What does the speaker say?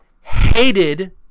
hated